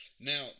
Now